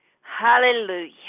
Hallelujah